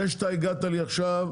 זה שאתה הגעת לי עכשיו.